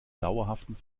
dauerhaften